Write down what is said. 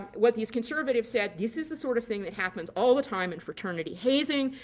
what these conservatives said this is the sort of thing that happens all the time at fraternity hazing.